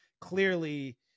clearly